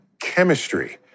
chemistry